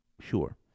Sure